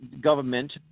government